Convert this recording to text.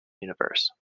universe